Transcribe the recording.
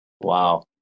wow